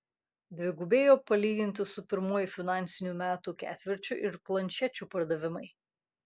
dvigubėjo palyginti su pirmuoju finansinių metų ketvirčiu ir planšečių pardavimai